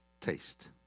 taste